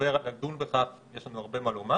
לדון בכך יש לנו הרבה מה לומר.